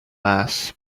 mass